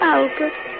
Albert